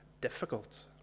difficult